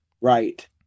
Right